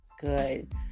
good